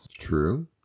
True